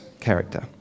character